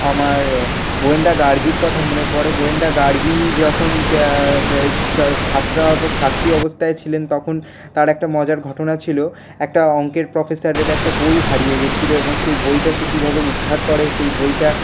আমার গোয়েন্দা গার্গীর কথা মনে পড়ে গোয়ান্দা গার্গী যখন ছাত্রা বা ছাত্রী অবস্থায় ছিলেন তখন তার একটা মজার ঘটনা ছিল একটা অঙ্কের প্রফেসারের একটা বই হারিয়ে গেছিল এবং সেই বইটা সে কীভাবে উদ্ধার করে সেই বইটা